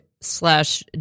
slash